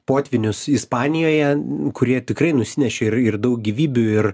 potvynius ispanijoje kurie tikrai nusinešė ir ir daug gyvybių ir